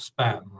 spam